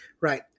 Right